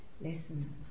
listen